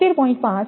તેથી તમે લગભગ 76